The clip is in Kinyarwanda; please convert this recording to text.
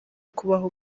kubaho